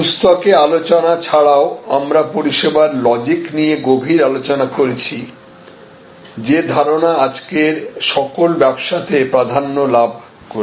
পুস্তকে আলোচনা ছাড়াও আমরা পরিষেবার লজিক নিয়ে গভীর আলোচনা করেছি যে ধারণা আজকের সকল ব্যবসাতে প্রাধান্য লাভ করেছে